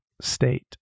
state